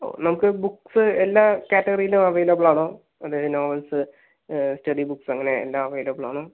ഓഹ് നമുക്ക് ബുക്സ് എല്ലാ കാറ്റഗറിയിലും അവൈലബിൾ ആണോ അത് നോവൽസ് സ്റ്റഡി ബുക്ക്സ് അങ്ങനെ എല്ലാം അവൈലബിൾ ആണോ